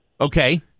Okay